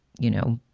you know,